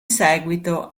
seguito